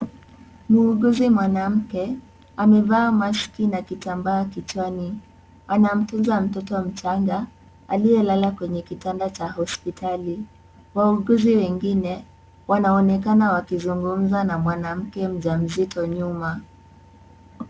Muuguzi mwanamke amevaa masiki na kitambaa kichwani, anamtunza mtoto mchanga aliyelala kwenye kitanda cha hospitali, wauguzi wengine wanaonekana wakizungumza na mke mjamzito nyuma.